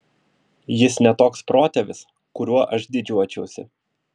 jis ne toks protėvis kuriuo aš didžiuočiausi